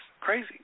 crazy